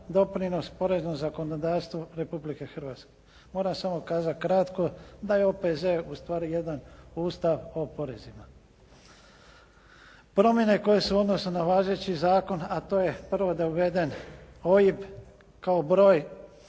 doprinos poreznom zakonodavstvu Republike Hrvatske. Moram samo kazati kratko da je OPZ ustvari jedan …/Govornik se ne razumije./… oporezivan. Promjene koje se odnose na važeći zakon a to je prvo da je uveden OIB kao broj